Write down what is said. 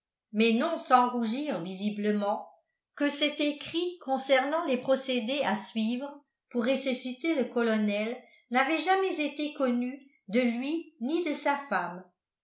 que cet écrit concernant les procédés à suivre pour ressusciter le colonel n'avait jamais été connu de lui ni de sa femme